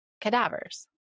cadavers